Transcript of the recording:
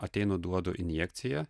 ateinu duodu injekciją